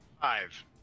Five